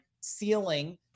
ceiling